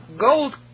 gold